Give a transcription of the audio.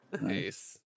Nice